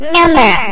Number